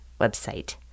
website